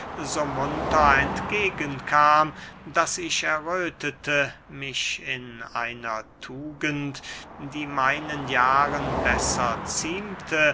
entgegen kam daß ich erröthete mich in einer tugend die meinen jahren besser ziemte